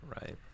right